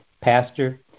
pastor